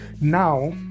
now